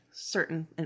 Certain